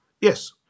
yes